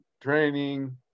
training